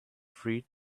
free